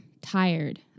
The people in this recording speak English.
tired